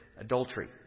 adultery